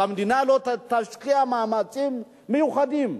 אם המדינה לא תשקיע מאמצים מיוחדים,